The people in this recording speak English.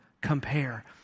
compare